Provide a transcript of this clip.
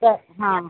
तर हां